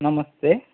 नमस्ते